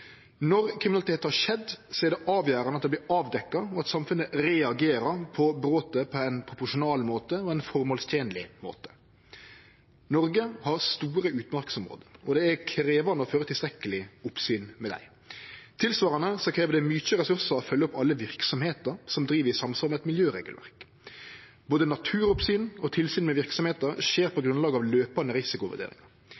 Når kriminalitet har skjedd, er det avgjerande at det vert avdekt, og at samfunnet reagerer på brotet på ein proporsjonal måte og ein formålstenleg måte. Noreg har store utmarksområde, og det er krevjande å føre tilstrekkeleg oppsyn med dei. Tilsvarande krev det mykje ressursar å følgje opp at alle verksemder driv i samsvar med eit miljøregelverk. Både naturoppsyn og tilsyn med verksemder skjer på